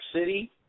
City